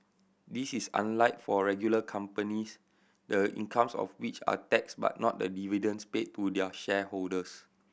this is unlike for regular companies the incomes of which are taxed but not the dividends paid to their shareholders